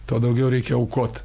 tuo daugiau reikia aukot